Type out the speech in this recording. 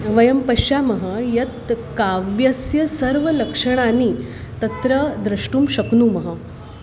वयं पश्यामः यत् काव्यस्य सर्वलक्षणानि तत्र द्रष्टुं शक्नुमः